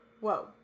Whoa